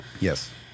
Yes